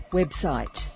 website